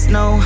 no